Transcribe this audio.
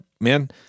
man